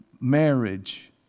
marriage